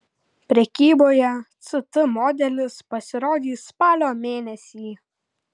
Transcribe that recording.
prekyboje ct modelis pasirodys spalio mėnesį